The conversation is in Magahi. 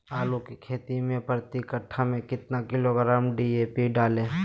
आलू की खेती मे प्रति कट्ठा में कितना किलोग्राम डी.ए.पी डाले?